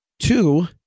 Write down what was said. Two